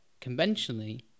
conventionally